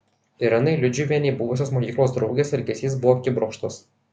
irenai liudžiuvienei buvusios mokyklos draugės elgesys buvo akibrokštas